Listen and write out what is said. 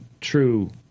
true